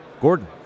Gordon